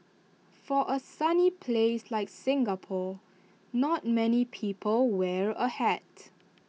for A sunny place like Singapore not many people wear A hat